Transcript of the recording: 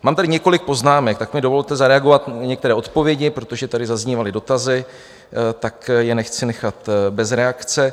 Mám tady několik poznámek, tak mi dovolte zareagovat na některé odpovědi, protože tady zaznívaly dotazy, tak je nechci nechat bez reakce.